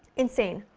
insane.